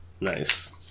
Nice